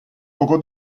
poco